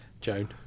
Joan